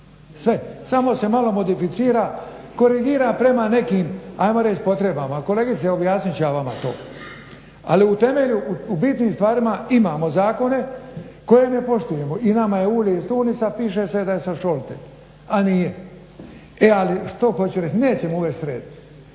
sve. Samo se malo modificira, korigira prema nekim ajmo reć potrebama. Kolegice objasnit ću ja vama to, ali u temelju u bitnim stvarima imamo zakone koje ne poštujemo i nama je ulje iz Tunisa piše se da je sa Šolte, a nije. Ali što hoću reć, nećemo uvest